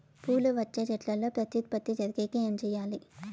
పూలు వచ్చే చెట్లల్లో ప్రత్యుత్పత్తి జరిగేకి ఏమి చేయాలి?